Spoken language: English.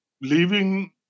leaving